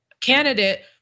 candidate